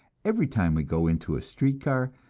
every time we go into a street car,